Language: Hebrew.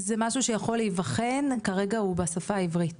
זה משהו שיכול להיבחן, כרגע הוא בשפה העברית